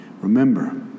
Remember